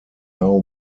now